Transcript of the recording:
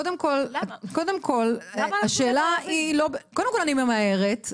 קודם כל אני ממהרת.